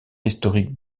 historique